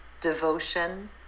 devotion